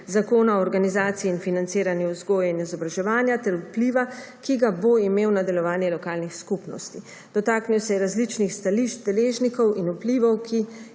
zakona o organizaciji in financiranju vzgoje in izobraževanja, ter vpliva, ki ga bo imel na delovanje lokalnih skupnosti. Dotaknil se je različnih stališč, deležnikov in vplivov, ki